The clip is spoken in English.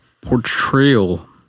portrayal